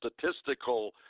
statistical